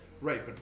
Right